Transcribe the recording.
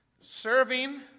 serving